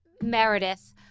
Meredith